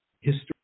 history